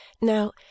Now